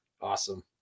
Awesome